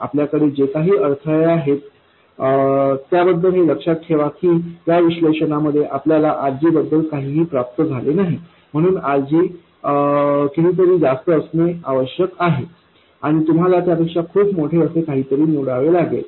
आणि आपल्याकडे जे काही अडथळे आहेत त्याबद्दल हे लक्षात ठेवा की या विश्लेषणामध्ये आपल्याला RG बद्दल काहीही प्राप्त झाले नाही म्हणून RG कितीतरी जास्त असणे आवश्यक आहे आणि तुम्हाला त्यापेक्षा खूप मोठेअसे काहीतरी निवडावे लागेल